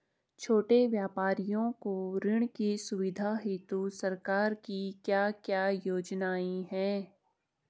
छोटे व्यापारियों को ऋण की सुविधा हेतु सरकार की क्या क्या योजनाएँ हैं?